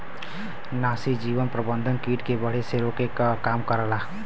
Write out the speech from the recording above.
नाशीजीव प्रबंधन कीट के बढ़े से रोके के काम करला